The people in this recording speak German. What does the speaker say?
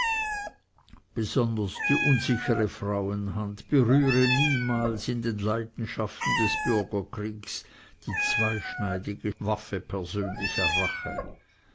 besonders die unsichere frauenhand berühre niemals in den leidenschaften des bürgerkriegs die zweischneidige waffe persönlicher rache